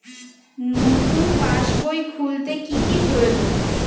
নতুন পাশবই খুলতে কি কি প্রয়োজন?